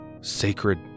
sacred